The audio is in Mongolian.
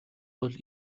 бол